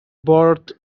part